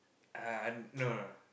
uh no no no